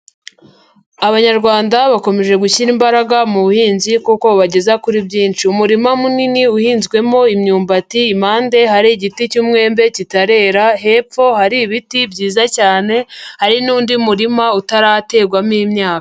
Abanyarwanda bakomeje gushyira imbaraga mu buhinzi kuko bageza kuri byinshi, umurima munini uhinzwemo imyumbati, impande hari igiti cy'umwembe kitarera, hepfo hari ibiti byiza cyane, hari n'undi murima utarategwamo imyaka.